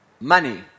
money